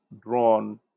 drawn